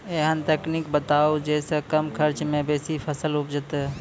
ऐहन तकनीक बताऊ जै सऽ कम खर्च मे बेसी फसल उपजे?